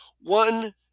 One